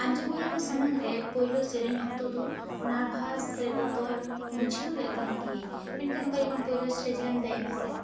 ᱟᱸᱡᱚᱢᱤᱭᱟᱹ ᱠᱚ ᱥᱟᱢᱟᱝ ᱨᱮ ᱯᱩᱭᱞᱩ ᱥᱮᱨᱮᱧ ᱚᱠᱛᱚ ᱫᱚ ᱱᱟᱨᱵᱷᱟᱥ ᱥᱮ ᱵᱚᱛᱚᱨ ᱵᱩᱡᱷᱹᱣ ᱞᱮᱫ ᱛᱟᱦᱮᱸ ᱜᱤᱭᱟᱹᱧ ᱢᱮᱱᱠᱷᱟᱱ ᱚᱠᱟ ᱡᱚᱠᱷᱚᱱ ᱯᱩᱭᱞᱩ ᱥᱴᱮᱡᱨᱮᱢ ᱫᱮᱡ ᱮᱱᱟ ᱥᱮ